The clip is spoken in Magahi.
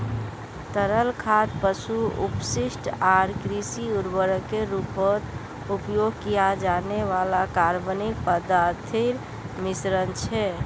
तरल खाद पशु अपशिष्ट आर कृषि उर्वरकेर रूपत उपयोग किया जाने वाला कार्बनिक पदार्थोंर मिश्रण छे